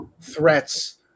threats